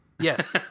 Yes